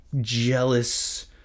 jealous